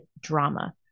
drama